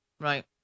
Right